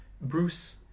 Bruce